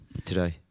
today